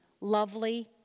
lovely